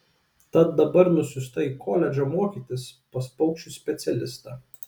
tad dabar nusiųsta į koledžą mokytis pas paukščių specialistą